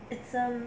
it's um